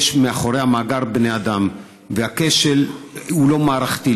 יש מאחורי המאגר בני אדם והכשל הוא לא מערכתי,